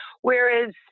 Whereas